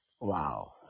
wow